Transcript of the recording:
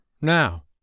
now